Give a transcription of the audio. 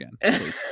again